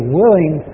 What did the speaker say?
willing